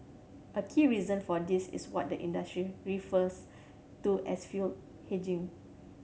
a key reason for this is what the industry refers to as fuel hedging